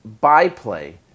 byplay